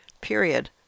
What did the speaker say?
Period